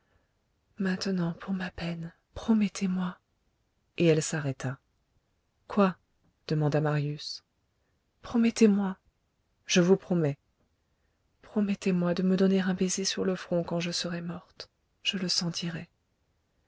maintenant pour ma peine promettez-moi et elle s'arrêta quoi demanda marius promettez-moi je vous promets promettez-moi de me donner un baiser sur le front quand je serai morte je le sentirai